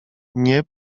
nie